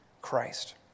Christ